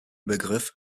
begriff